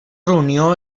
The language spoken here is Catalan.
reunió